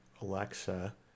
Alexa